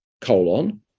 colon